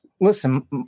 Listen